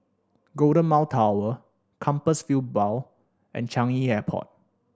Golden Mile Tower Compassvale Bow and Changi Airport